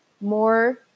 more